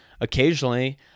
Occasionally